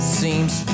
seems